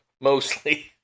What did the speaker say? Mostly